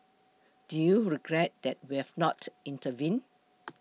do you regret that we have not intervened